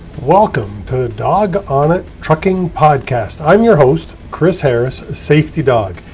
welcome to dog on it. trucking podcast. i'm your host, chris harris safety dog.